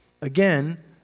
Again